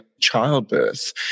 childbirth